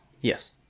Yes